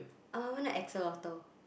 uh I want a axolotl